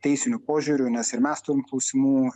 teisiniu požiūriu nes ir mes turim klausimų